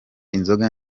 inzoga